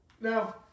Now